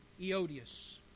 Eodius